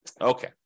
Okay